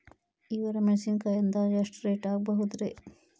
ಈ ವಾರ ಮೆಣಸಿನಕಾಯಿ ಅಂದಾಜ್ ಎಷ್ಟ ರೇಟ್ ಆಗಬಹುದ್ರೇ?